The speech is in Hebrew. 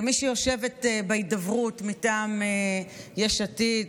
כמי שיושבת בהידברות מטעם יש עתיד,